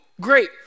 great